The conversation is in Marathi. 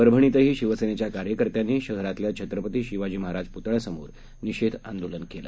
परभणीत शिवसेनेच्या कार्यकर्त्यांनी शहरातल्या छत्रपती शिवाजी महाराज पुतळ्यासमोर निषेध आंदोलन केलं